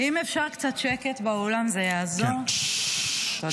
ואם אפשר, קצת שקט באולם, זה יעזור, אני